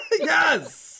Yes